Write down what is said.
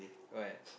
what